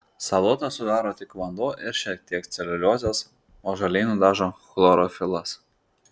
salotas sudaro tik vanduo ir šiek tiek celiuliozės o žaliai nudažo chlorofilas